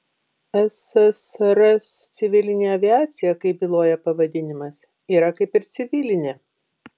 ssrs civilinė aviacija kaip byloja pavadinimas yra kaip ir civilinė